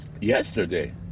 yesterday